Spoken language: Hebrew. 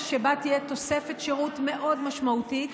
שבה תהיה תוספת שירות מאוד משמעותית,